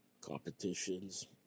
competitions